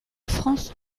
france